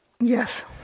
Yes